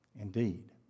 Indeed